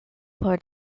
por